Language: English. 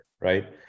right